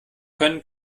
können